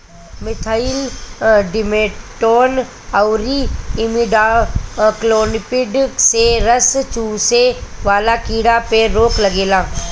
methyl demeton अउरी imidacloprid से रस चुसे वाला कीड़ा पे रोक लागेला